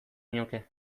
nioke